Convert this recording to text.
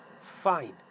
fine